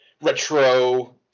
retro